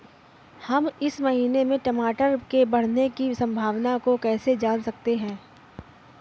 हम इस महीने में टमाटर के बढ़ने की संभावना को कैसे जान सकते हैं?